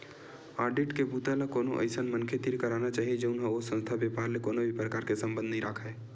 audit के बूता ल कोनो अइसन मनखे तीर कराना चाही जउन ह ओ संस्था, बेपार ले कोनो भी परकार के संबंध नइ राखय